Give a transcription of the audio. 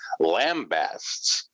lambasts